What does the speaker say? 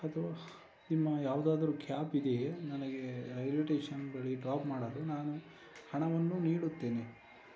ಅಥ್ವಾ ನಿಮ್ಮ ಯಾವುದಾದರೂ ಕ್ಯಾಬ್ ಇದೆಯೇ ನನಗೆ ರೈಲ್ವೇ ಸ್ಟೇಷನ್ ಬಳಿ ಡ್ರಾಪ್ ಮಾಡಲು ನಾನು ಹಣವನ್ನು ನೀಡುತ್ತೇನೆ